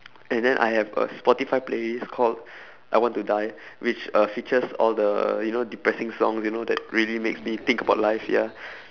and then I have a spotify playlist called I want to die which uh features all the you know depressing songs you know that really makes me think about life yeah